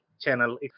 channel